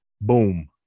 Boom